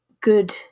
good